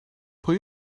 pwy